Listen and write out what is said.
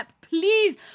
please